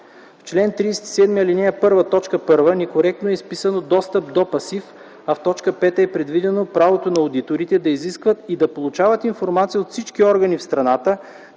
В чл. 37, ал. 1, т. 1 некоректно е изписано „достъп до пасив”, а в т. 5 е предвидено правото на одиторите „да изискват и да получават информация от всички органи в страната,